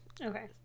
Okay